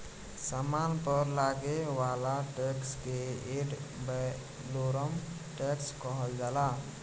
सामान पर लागे वाला टैक्स के एड वैलोरम टैक्स कहल जाला